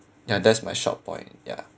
ya that's my short point ya